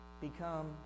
become